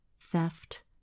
theft